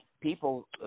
People